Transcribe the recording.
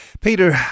Peter